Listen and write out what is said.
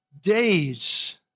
days